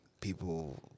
people